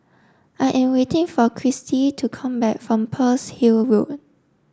I am waiting for Kirstie to come back from Pearl's Hill Road